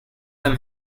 them